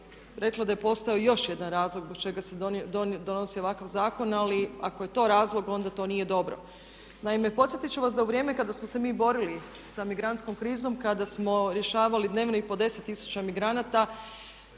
rekla da je postojao još jedan razlog zbog čega se donosi ovakav zakon. Ali ako je to razlog onda to nije dobro. Naime, podsjetiti ću vas da u vrijeme kada smo se mi borili sa migrantskom krizom, kada smo rješavali dnevno i po 10 tisuća migranata